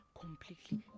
completely